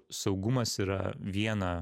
saugumas yra viena